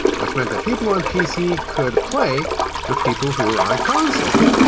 which meant that people on pc could play with people who were on console!